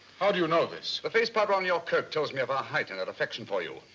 how do you know this? the face powder around your coat tells me of her height and her affection for you.